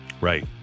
right